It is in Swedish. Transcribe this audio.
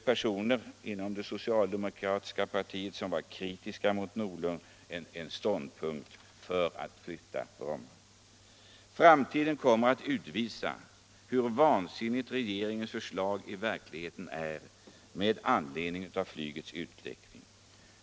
Personer inom det socialdemokratiska partiet som var kritiska mot herr Norling tog mot den bakgrunden ställning för att flytta Bromma. Framtiden kommer att utvisa hur vansinnigt regeringens förslag i verkligheten är med anledning av flygets utveckling.